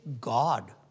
God